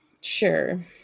Sure